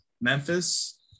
Memphis